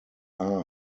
are